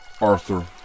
Arthur